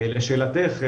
לשאלתך,